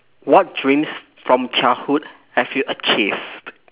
what dreams from childhood have you achieved